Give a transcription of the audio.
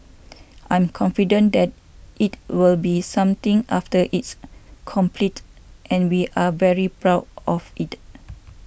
I'm confident that it will be something after it's completed and we are very proud of it